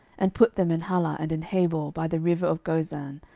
and put them in halah and in habor by the river of gozan,